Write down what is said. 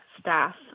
staff